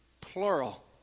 plural